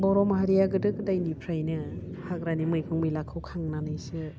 बर' माहारिया गोदो गोदायनिफ्रायनो हाग्रानि मैगं मैलाखौ खांनानैसो